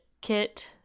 kit